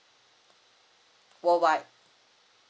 worlwide